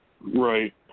Right